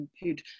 who'd